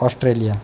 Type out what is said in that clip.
Australia